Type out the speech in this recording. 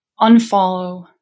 unfollow